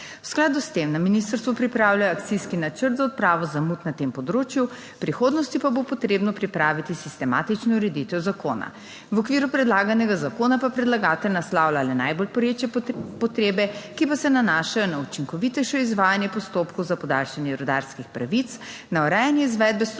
V skladu s tem na ministrstvu pripravljajo akcijski načrt za odpravo zamud na tem področju, v prihodnosti pa bo potrebno pripraviti sistematično ureditev zakona. V okviru predlaganega zakona pa predlagatelj naslavlja le najbolj pereče potrebe, ki pa se nanašajo na učinkovitejše izvajanje postopkov za podaljšanje rudarskih pravic, na urejanje izvedbe strokovnih